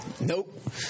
nope